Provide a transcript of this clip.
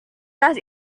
tas